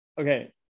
Okay